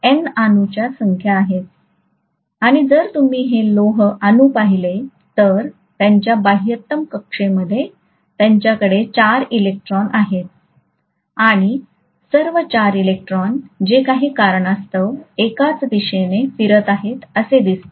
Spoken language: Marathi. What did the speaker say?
आणि जर तुम्ही हे लोह अणू पाहिले तर त्यांच्या बाह्यतम कक्षामध्ये त्यांच्याकडे 4 इलेक्ट्रॉन आहेत आणि सर्व 4 इलेक्ट्रॉन जे काही कारणास्तव एकाच दिशेने फिरत आहेत असे दिसते